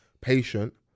patient